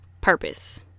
purpose